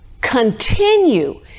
continue